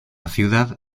ciudad